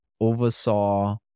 oversaw